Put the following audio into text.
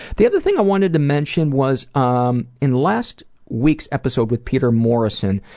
the other thing i wanted to mention was um in last week's episode with peter morrison,